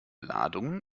ladungen